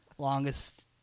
longest